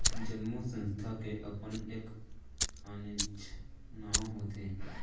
जम्मो संस्था के अपन एक आनेच्च नांव होथे